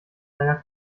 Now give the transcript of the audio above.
einer